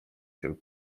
się